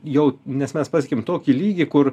jau nes mes pasiekėm tokį lygį kur